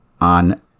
on